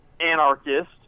anarchist